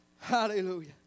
Hallelujah